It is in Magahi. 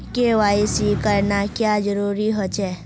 के.वाई.सी करना क्याँ जरुरी होचे?